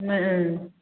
ꯎꯝ